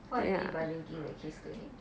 what you mean by linking the case to him